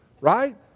right